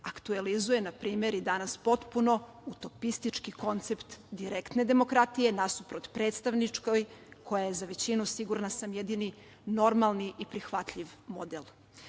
aktuelizuje, na primer, i danas potpuno utopistički koncept direktne demokratije, nasuprot predstavničkoj, koja je za većinu, sigurna sam, jedini normalni i prihvatljiv model. Ove